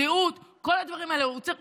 בריאות וכל הדברים האלה בצורה שונה,